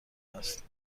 است